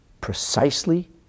precisely